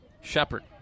Shepard